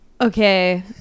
Okay